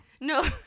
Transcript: No